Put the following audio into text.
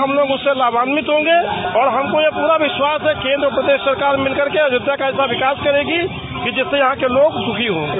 हम लोग उनसे लाभान्वित होंगे और हमको ये पूरा विश्वास है केंद्र सरकार मिल कर के आयोध्या का ऐसा विकास करेगी कि जिससे यहां के लोग सुखी होंगे